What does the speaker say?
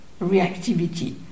reactivity